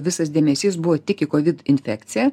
visas dėmesys buvo tik į covid infekciją